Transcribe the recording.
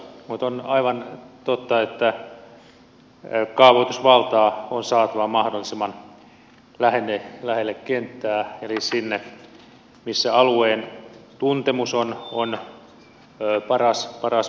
mutta on aivan totta että kaavoitusvaltaa on saatava mahdollisimman lähelle kenttää eli sinne missä alueen tuntemus on paras mahdollinen